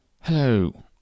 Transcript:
Hello